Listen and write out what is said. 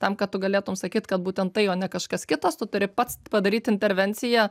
tam kad tu galėtum sakyt kad būtent tai o ne kažkas kitas tu turi pats padaryt intervenciją